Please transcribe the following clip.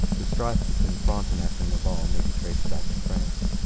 the strife between frontenac and laval may be traced back to france.